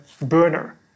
burner